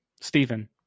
Stephen